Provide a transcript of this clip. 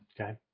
Okay